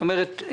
זאת אומרת,